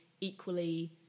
equally